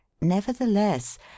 nevertheless